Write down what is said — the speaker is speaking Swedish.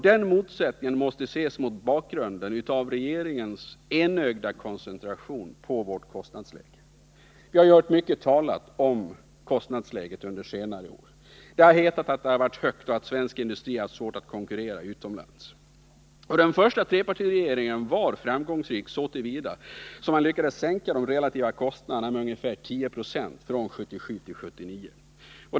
Denna motsättning måste ses mot bakgrund av regeringens enögda koncentration på vårt Vi har under senare år hört mycket talas om kostnadsläget. Det har hetat att vårt kostnadsläge varit för högt och att svensk industri haft svårt att konkurrera utomlands. Den första trepartiregeringen var också framgångsrik så till vida att den lyckades sänka vårt relativa kostnadsläge med ungefär 10 96 från 1977 till 1979.